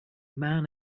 man